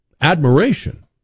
admiration